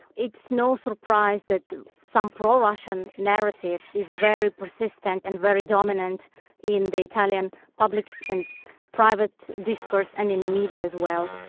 it's no surprise that some pro-russian narrative is very persistent and very dominant in the italian public and private discourse and in the media as well.